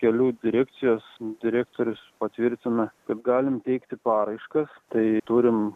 kelių direkcijos direktorius patvirtina kad galim teikti paraiškas tai turim